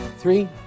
Three